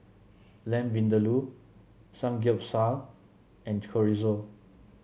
Lamb Vindaloo Samgyeopsal and Chorizo